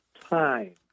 time